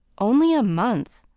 only a month!